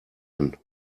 ein